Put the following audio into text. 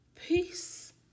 peace